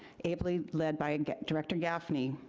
ably led by a director gaffney,